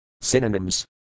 Synonyms